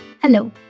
Hello